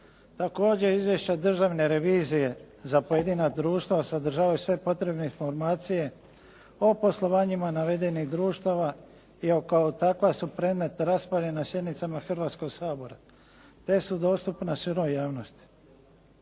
Također, izvješća Državne revizije za pojedina društva sadržaju sve potrebne informacije o poslovanjima navedenih društava i kao takva su predmet rasprave na sjednicama Hrvatskoga sabora te su dostupne široj javnosti.